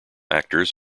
actors